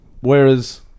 Whereas